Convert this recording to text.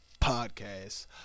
podcast